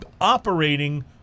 operating